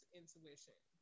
intuition